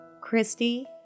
Christy